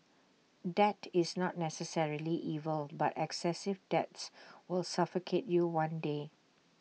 debt is not necessarily evil but excessive debts will suffocate you one day